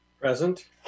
Present